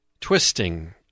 twisting